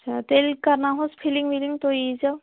اچھا تیٚلہِ کَرناہوس فِلِنٛگ وِلِنٛگ تُہۍ یی زیو